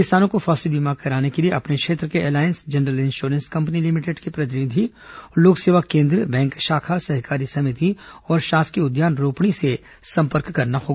किसानों को फसल बीमा कराने के लिए अपने क्षेत्र के Allianz general insurance company limited के प्रतिनिधि लोक सेवा केन्द्र बैंक शाखा सहकारी समिति और शासकीय उद्यान रोपणी से संपर्क करना होगा